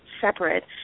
separate